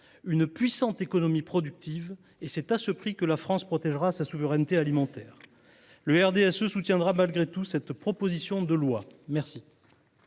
une puissante économie productive et que la France protégera sa souveraineté alimentaire. Le RDSE soutiendra malgré tout cette proposition de loi. La